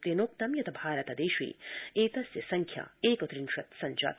तेनोक्त यत् भारतदेशे एतस्य संख्या एकत्रिंशत् सञ्जाता